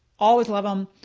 always love em,